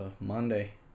Monday